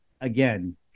again